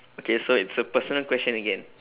okay so it's a personal question again